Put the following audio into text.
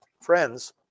Friends